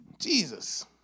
Jesus